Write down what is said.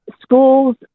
schools